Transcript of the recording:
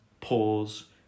pause